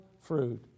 fruit